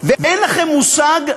ואין לכם מושג,